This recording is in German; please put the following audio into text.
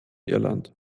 irland